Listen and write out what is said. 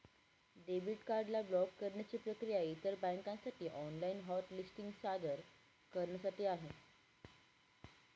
debit card ला block करण्याची प्रक्रिया इतर बँकांसाठी ऑनलाइन हॉट लिस्टिंग सादर करण्यासारखी आहे